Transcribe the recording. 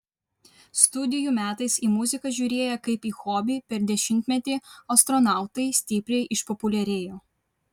studijų metais į muziką žiūrėję kaip į hobį per dešimtmetį astronautai stipriai išpopuliarėjo